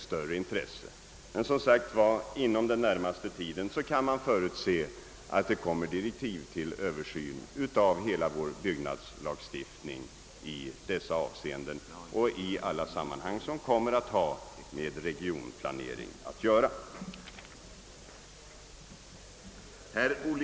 Och som sagt: Inom den närmaste tiden kommer, räknar jag med, direktiv för en översyn av hela vår byggnadslagstiftning och allt som hänger samman med regionplaneringen att framläggas.